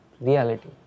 Reality